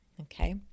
okay